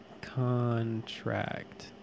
contract